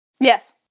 Yes